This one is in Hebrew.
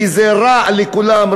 כי זה רע לכולם,